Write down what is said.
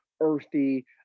earthy